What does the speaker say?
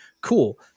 cool